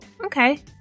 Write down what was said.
okay